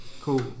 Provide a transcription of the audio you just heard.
Cool